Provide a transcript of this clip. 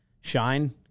Shine